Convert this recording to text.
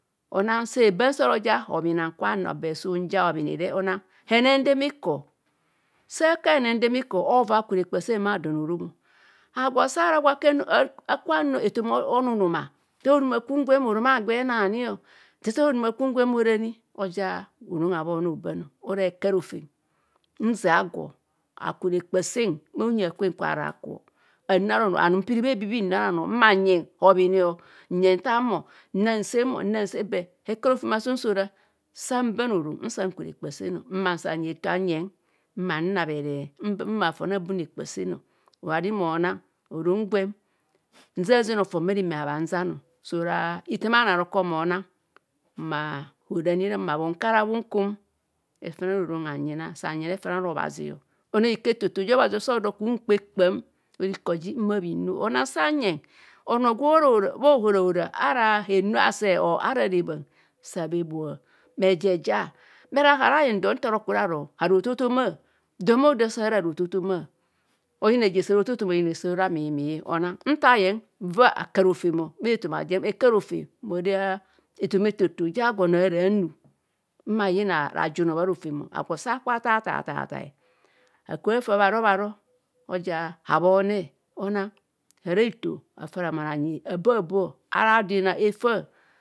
Onang sa abanse ara oja obhim hankubha naro but su unja hobhini re. Onang henenden iko. sa akaab hene ndeme iko ovoi aku repa sembha don orom o. Agwo sa aro akabha anu ethoma. Onunima that onima kum gwem o orom agwe unani o. Thithar oruma kwum gwem oran i oja orom habhooonevo obamo ora heka rofem nzia agwo aku rekpasen bha huyang akwen kwe ara akuvanu ara onoo. Anum mpiri bha ebibi nnu ara bhanoo mma nyeng hobhini, nyeny nthaamo, nnaab nse mo, nnaab nsemo. But hela rojem asum sa ara sa mbaan orom nsa nku rekpaa sen. Mma nsa nyeng eto nyena manabhene. Mma fon abum rekpaseno ora ani monem orom gwem nzenzen nno fon bhareme habhanzan ọ. So ora ithaam a bhanoo aroko ma onang ma ora nire ma bhinku ara bhinkum, refaane ara orom hanyina, sa nyina refane ara obhazi o. Onang iko eto to ja obhazi okubho oda ukpe kpaam ora iko ji nhumo bhinnu o. Onang sanyeng onoo gwe ora bhahora ora ara henu ase or ara rebhan saa bhe bhoa, bheja eja bhero “hahobhara ayen don”. Nta rokure aro haro thothoma, don bharodaa sara haro thothoma, oyina reje saro thothoma, oyina reje sare ramimi o onaru nta ayeng. Va akaro femo. Hekaro. Fem ma ora ethoma. Etoto je agwo onoo. Araa anu mma ayina. Rajuno bha rofem. Agwu sa akubho arth thai thai akubho. Afa bharo bharo. oja habhone ori ane. Hara hitho afa ramon anyi abe- abo. Araa ado inai efa.